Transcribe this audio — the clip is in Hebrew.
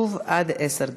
שוב, לרשותך עד עשר דקות.